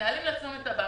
מנהלים לעצמם את הבנק,